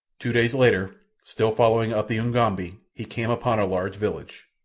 two days later, still following up the ugambi, he came upon a large village.